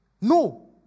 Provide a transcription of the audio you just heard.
No